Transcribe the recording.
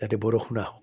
যাতে বৰষুণ আহক